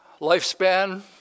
Lifespan